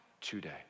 today